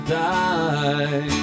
die